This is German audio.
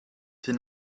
der